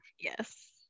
Yes